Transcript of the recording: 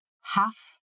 Half